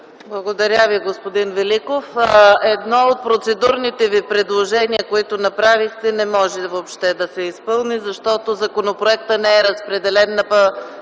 Благодаря Ви, господин Великов. Едно от процедурните Ви предложения, които направихте, не може въобще да се изпълни, защото законопроектът не е разпределен на Правната